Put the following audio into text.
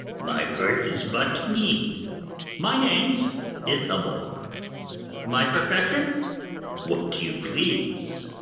my birth is but mean my name's ithamore my profession what you please.